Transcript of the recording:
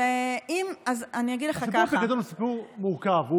הסיפור הוא סיפור מורכב,